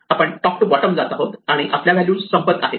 आपण top to bottom जात आहोत आणि आपल्या व्हॅल्यूज संपत आहेत